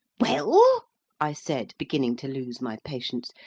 well! i said, beginning to lose my patience.